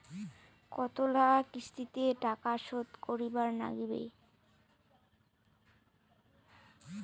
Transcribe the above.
কতোলা কিস্তিতে টাকা শোধ করিবার নাগীবে?